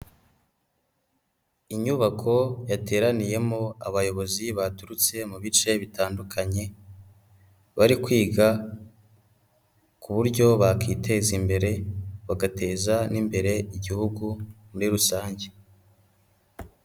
Inyubako yateraniyemo abayobozi baturutse mu bice bitandukanye, bari kwiga ku buryo bakwiteza imbere bagateza n'imbere igihugu muri rusange.